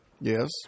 Yes